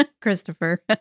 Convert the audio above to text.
Christopher